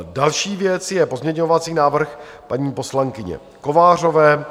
Další věc je pozměňovací návrh paní poslankyně Kovářové.